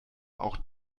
auch